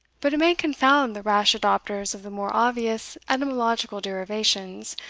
but it may confound the rash adopters of the more obvious etymological derivations,